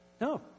No